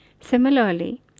Similarly